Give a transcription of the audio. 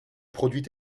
produit